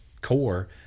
core